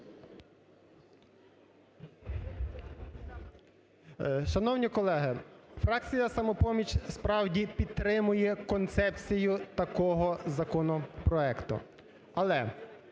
Шановні колеги, фракція "Самопоміч" справді підтримує концепцію такого законопроекту. Але